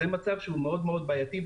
זה מצב שהוא מאוד מאוד בעייתי,